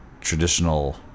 traditional